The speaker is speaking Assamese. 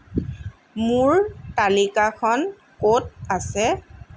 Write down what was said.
মোৰ তালিকাখন ক'ত আছে